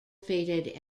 fated